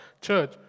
church